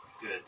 good